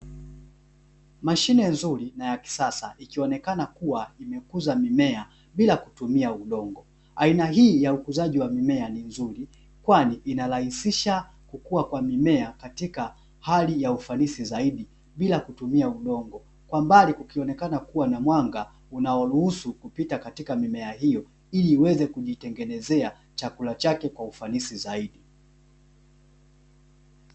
Mashine nzuri na ya kisasa ikionekana kuwa imekuza mimea bila kutumia udongo, aina hii ya ukuzaji wa mimea ni mzuri kwani inarahisisha kukuwa kwa mimea katika hali ya ufanisi zaidi bila kutumia udongo kwa mbali kukionekana kuwa na mwanga unaoruhusu kupita katika mimea hiyo ili iweze kujitengenezea chakula chake kwa ufanisi zaidi.